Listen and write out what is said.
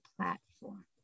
platform